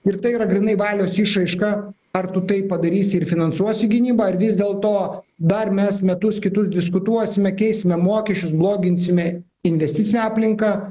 ir tai yra grynai valios išraiška ar tu tai padarysi ir finansuosi gynybą ar vis dėlto dar mes metus kitus diskutuosime keisime mokesčius bloginsime investicinę aplinką